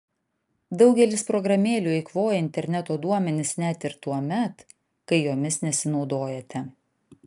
daugelis programėlių eikvoja interneto duomenis net ir tuomet kai jomis nesinaudojate